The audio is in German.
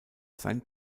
sein